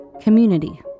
community